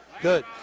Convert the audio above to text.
Good